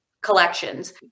collections